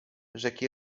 rzekł